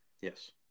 Yes